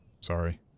Sorry